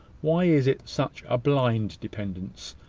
why is it such a blind dependence?